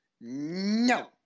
No